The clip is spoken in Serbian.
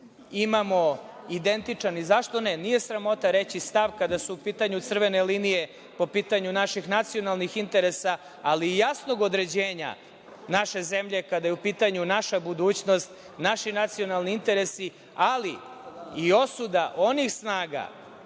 imamo identičan, zašto ne, nije sramota reći, stav kada su u pitanju crvene linije po pitanju naših nacionalnih interesa, ali i jasnog određenja naše zemlje kada je u pitanju naša budućnost, naši nacionalni interesi, ali i osuda onih snaga